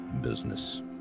business